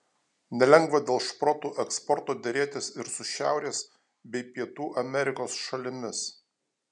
nelengva dėl šprotų eksporto derėtis ir su šiaurės bei pietų amerikos šalimis